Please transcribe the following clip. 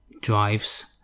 drives